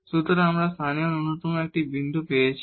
সুতরাং আমরা local minima এই বিন্দু পেয়েছি